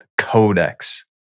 Codex